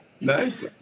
Nice